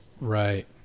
right